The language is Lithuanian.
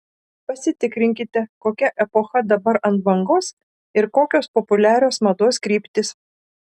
pasitikrinkite kokia epocha dabar ant bangos ir kokios populiarios mados kryptys